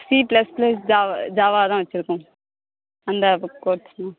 C plus plus Java Java தான் வச்சுருக்கேன் அந்த கோர்ஸ் தான்